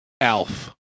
Alf